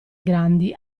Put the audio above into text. grandi